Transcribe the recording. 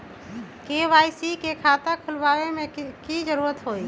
KYC के खाता खुलवा में की जरूरी होई?